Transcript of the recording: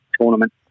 tournament